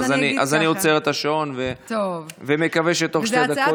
אז אני עוצר את השעון ומקווה שתוך שתי דקות תסיימי.